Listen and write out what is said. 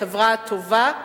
החברה הטובה,